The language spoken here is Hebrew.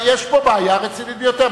יש פה בעיה רצינית ביותר.